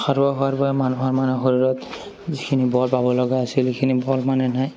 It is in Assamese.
সাৰুৱা হোৱাৰ বাবে মানুহৰ মানে শৰীৰত যিখিনি বল পাব লগা আছিল সেইখিনি বল মানে নাই